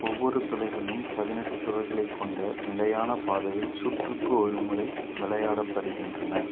ஒவ்வொரு துளைகளும் பதினெட்டு துளைகளைக் கொண்ட நிலையான பாதையில் சுற்றுக்கு ஒரு முறை விளையாடப்படுகின்றன